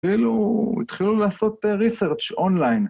‫התחילו לעשות research אונליין.